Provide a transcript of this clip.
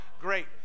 Great